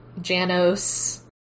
Janos